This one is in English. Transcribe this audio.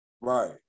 right